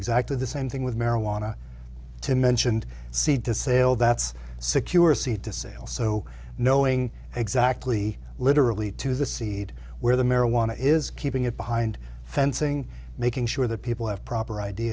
exactly the same thing with marijuana to mentioned seed to sale that's secure seed to sale so knowing exactly literally to the seed where the marijuana is keeping it behind fencing making sure that people have proper